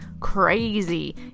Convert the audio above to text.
crazy